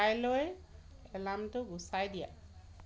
কাইলৈৰ এলাৰ্মটো গুচাই দিয়া